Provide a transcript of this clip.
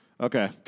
Okay